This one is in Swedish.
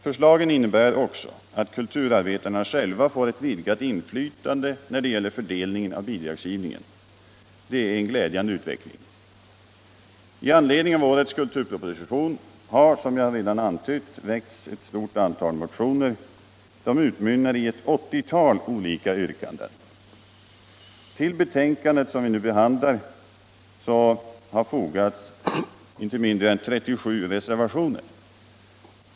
Förslagen innebär också att kulturarbetarna själva får ett vidgat inflytande när det gäller fördelningen av bidragen. Detta är en glädjande utveckling. I anledning av årets kulturproposition har, som jag redan antytt, väckts ett stort antal motioner. De utmynnar i ett åttiotal olika yrkanden. Till det betänkande som vi nu behandlar har fogats inte mindre än 37 reservationer.